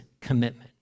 commitment